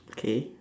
K